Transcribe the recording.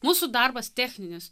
mūsų darbas techninis